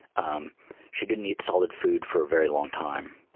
um she didn't eat solid food for a very long time.